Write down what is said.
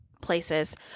places